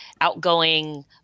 outgoing